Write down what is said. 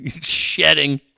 Shedding